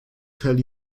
tell